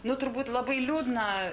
nu turbūt labai liūdna